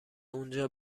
اونجا